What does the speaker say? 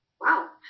wow